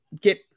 get